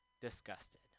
disgusted